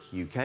UK